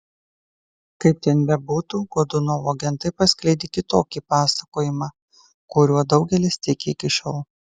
kaip ten bebūtų godunovo agentai paskleidė kitokį pasakojimą kuriuo daugelis tiki iki šiol